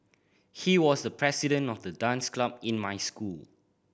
he was the president of the dance club in my school